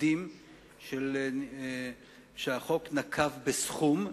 תקדים שהחוק נקב בסכום,